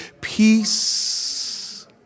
Peace